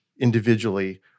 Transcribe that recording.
individually